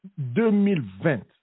2020